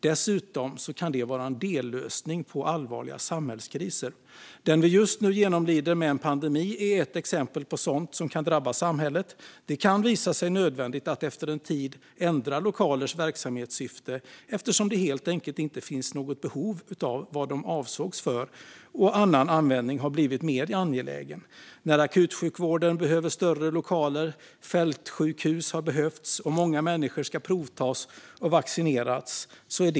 Dessutom kan det vara en dellösning på allvarliga samhällskriser. Den vi just nu genomlider med en pandemi är ett exempel på sådant som kan drabba samhället. Det kan visa sig nödvändigt att efter en tid ändra lokalers verksamhetssyfte, eftersom det helt enkelt inte finns något behov av vad de avsågs för och annan användning har blivit mer angelägen. Ett exempel är akutsjukvården som behöver större lokaler, fältsjukhus som har behövts och många människor som ska provtas och vaccineras.